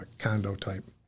condo-type